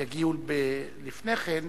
יגיעו לפני כן,